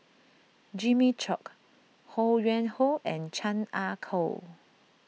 Jimmy Chok Ho Yuen Hoe and Chan Ah Kow